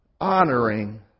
honoring